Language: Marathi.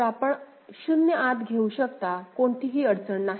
तर आपण 0 आत घेऊ शकता कोणतीही अडचण नाही